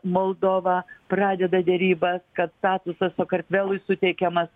moldova pradeda derybas kad statusas sakartvelui suteikiamas